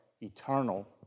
eternal